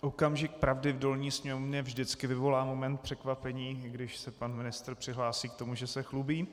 Okamžik pravdy v dolní sněmovně vždycky vyvolá moment překvapení, když se pan ministr přihlásí k tomu, že se chlubí.